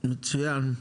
מצוין,